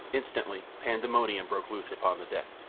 instantly pandemonium broke loose upon the deck.